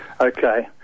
Okay